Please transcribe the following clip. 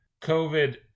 covid